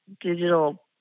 digital